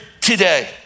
today